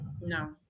no